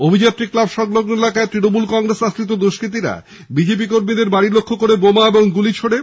অভিযাত্রী club সংলগ্ন এলাকায় তৃণমূল কংগ্রেস আশ্রিত দুষ্কৃতীরা বিজেপি কর্মীদের বাড়ি লক্ষ্য করে বোমা গুলি ছোঁড়ে